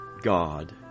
God